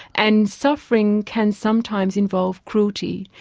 and suffering can sometimes involve cruelty.